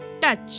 touch